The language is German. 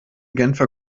genfer